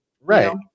Right